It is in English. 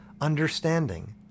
understanding